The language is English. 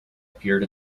appeared